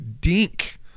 Dink